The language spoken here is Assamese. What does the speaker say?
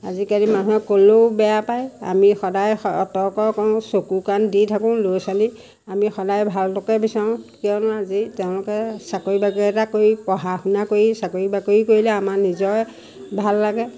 আজিকালি মানুহে ক'লেও বেয়া পায় আমি সদায় সতৰ্ক কৰোঁ চকু কাণ দি থাকোঁ ল'ৰা ছোৱালীক আমি সদায় ভালটোকে বিচাৰোঁ কিয়নো আজি তেওঁলোকে চাকৰি বাকৰি এটা কৰি পঢ়া শুনা কৰি চাকৰি বাকৰি কৰিলে আমাৰ নিজৰে ভাল লাগে